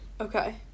Okay